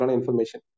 information